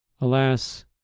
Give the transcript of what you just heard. Alas